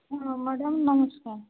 ହଁ ମ୍ୟାଡ଼ମ୍ ନମସ୍କାର